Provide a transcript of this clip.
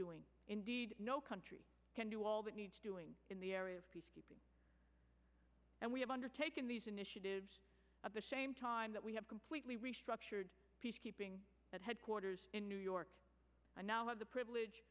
doing indeed no country can do all that needs doing in the area of peacekeeping and we have undertaken these initiatives of the same time that we have completely restructured peacekeeping that headquarters in new york and now have the privilege